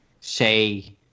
say—